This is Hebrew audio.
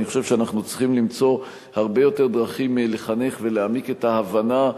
אני חושב שאנחנו צריכים למצוא הרבה יותר דרכים לחנך ולהעמיק את ההבנה,